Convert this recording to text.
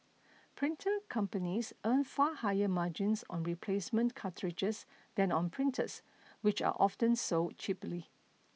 printer companies earn far higher margins on replacement cartridges than on printers which are often sold cheaply